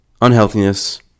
unhealthiness